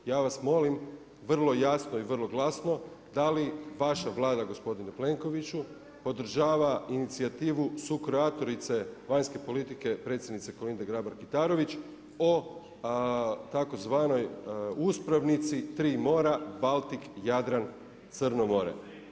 Ja vas molim vrlo jasno i vrlo glasno da li vaša Vlada gospodine Plenkoviću podržava inicijativu sukreatorice vanjske politike predsjednike Kolinde Grabar Kitarović o tzv. uspravnici tri mora Baltik, Jadran, Crno more?